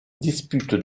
dispute